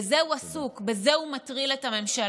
בזה הוא עסוק, בזה הוא מטריל את הממשלה.